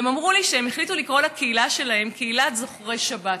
והם אמרו לי שהם החליטו לקרוא לקהילה שלהם "קהילת זוכרי שבת".